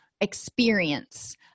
experience